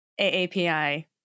AAPI